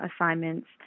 assignments